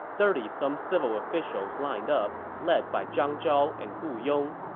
thirty some civil officials lined up, led by zhang zhao and gu yong.